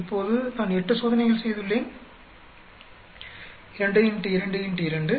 இப்போது நான் 8 சோதனைகள் செய்துள்ளேன் 2 X 2 X 2